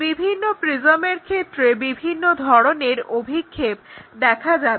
বিভিন্ন প্রিজমের ক্ষেত্রে বিভিন্ন ধরনের অভিক্ষেপ দেখা যাবে